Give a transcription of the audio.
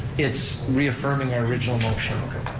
it's reaffirming our original motion. oh, okay.